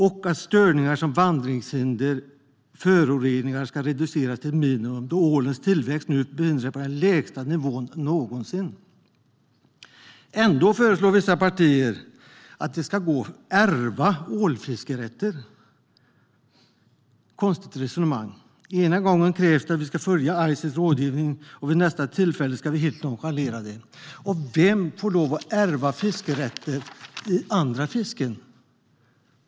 Störningar som vandringshinder och föroreningar ska också reduceras till ett minimum, då ålens tillväxt nu befinner sig på den lägsta nivån någonsin. Ändå föreslår vissa partier att det ska gå att ärva ålfiskerätter. Det är ett konstigt resonemang att ena gången kräva att vi ska följa Ices rådgivning och vid nästa tillfälle helt nonchalera det. Vem får förresten lov att ärva fiskerätter när det gäller andra typer av fiske?